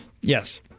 Yes